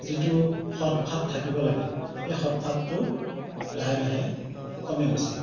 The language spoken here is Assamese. যিটো সৎভাৱ থাকিব লাগে সেই সৎভাৱটো লাহে লাহে কমি গৈছে